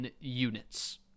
units